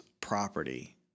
property